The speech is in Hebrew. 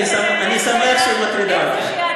אני שמח שהיא מטרידה אותך.